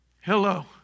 Hello